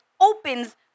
opens